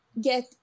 get